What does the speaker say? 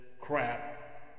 crap